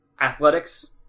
athletics